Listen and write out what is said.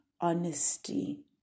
honesty